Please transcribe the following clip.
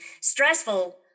stressful